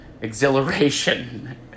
Exhilaration